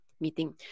meeting